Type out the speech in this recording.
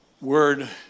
word